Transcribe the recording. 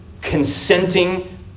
consenting